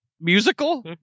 musical